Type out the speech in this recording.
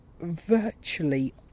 virtually